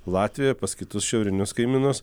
latvija pas kitus šiaurinius kaimynus